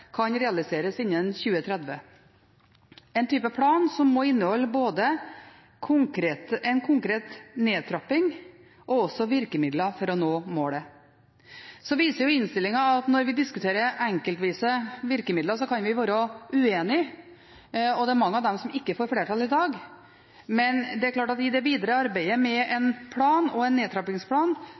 kan realiseres innen 2030, en type plan som må inneholde både en konkret nedtrapping og også virkemidler for å nå målet. Så viser innstillingen at når vi diskuterer enkeltvise virkemidler, kan vi være uenige, og det er mange av dem som ikke får flertall i dag. Men det er klart at i det videre arbeidet med en plan og en nedtrappingsplan